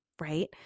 right